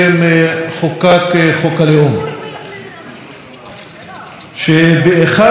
שבאחד מסעיפיו פוגע במעמדה של השפה הערבית.